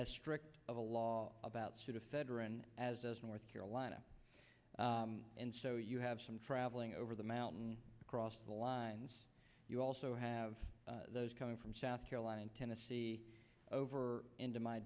as strict of a law about sudafed or in north carolina and so you have some traveling over the mountain across the lines you also have those coming from south carolina tennessee over into my